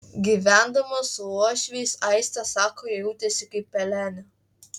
gyvendama su uošviais aistė sako jautėsi kaip pelenė